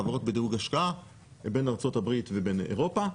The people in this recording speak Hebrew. חברות בדירוג השקעה לבין ארצות הברית ובין אירופה,